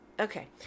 Okay